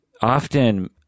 often